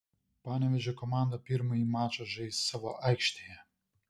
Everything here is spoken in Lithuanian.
panevėžio komanda pirmąjį mačą žais savo aikštėje